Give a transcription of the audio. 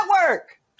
network